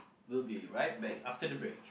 we'll be right back after the break